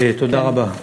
תודה רבה.